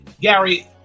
Gary